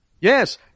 Yes